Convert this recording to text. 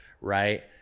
right